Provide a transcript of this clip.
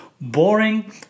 Boring